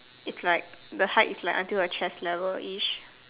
it's like the height is like until her chess liverish